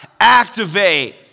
Activate